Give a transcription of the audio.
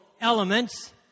elements